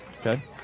Okay